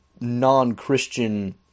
non-Christian